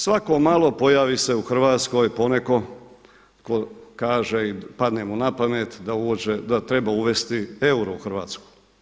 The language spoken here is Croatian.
Svako malo pojavi se u Hrvatskoj poneko tko kaže i padne mu na pamet da treba uvesti euro u Hrvatsku.